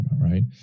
right